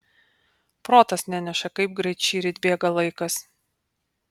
protas neneša kaip greit šįryt bėga laikas